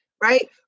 right